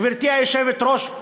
גברתי היושבת-ראש,